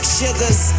sugars